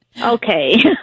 Okay